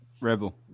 Rebel